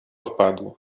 wpadł